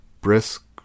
brisk